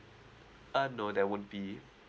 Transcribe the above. uh no that won't be